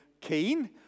keen